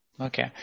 okay